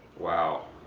wow,